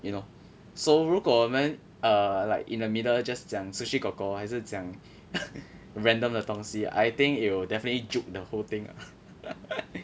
you know so 如果我们 err like in the middle just 讲 sushi kor kor 还是讲 random 的东西 I think it'll definitely juke the whole thing